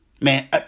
man